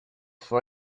for